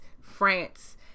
France